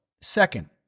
Second